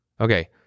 Okay